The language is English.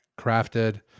crafted